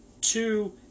two